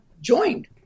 joined